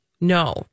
No